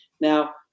Now